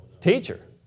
Teacher